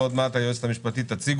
תכף היועצת המשפטית תציג